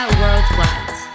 worldwide